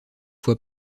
fois